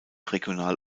regional